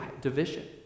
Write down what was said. division